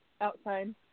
outside